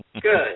Good